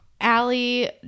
Allie